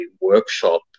workshop